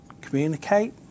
communicate